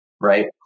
right